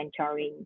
mentoring